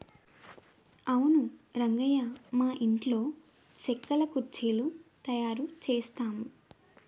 అవును రంగయ్య మా ఇంటిలో సెక్కల కుర్చీలు తయారు చేసాము